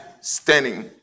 standing